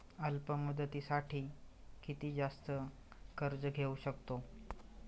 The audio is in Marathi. अल्प मुदतीसाठी किती जास्त कर्ज घेऊ शकतो?